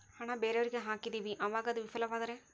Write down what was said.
ಹಣ ಬೇರೆಯವರಿಗೆ ಹಾಕಿದಿವಿ ಅವಾಗ ಅದು ವಿಫಲವಾದರೆ?